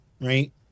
right